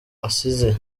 asize